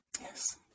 Yes